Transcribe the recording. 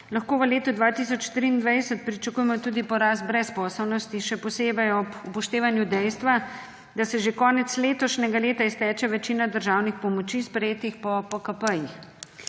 lahko v letu 2023 pričakujemo tudi porast brezposelnosti, še posebej ob upoštevanju dejstva, da se že konec letošnjega leta izteče večina državnih pomoči, sprejetih po